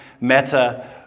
matter